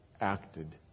acted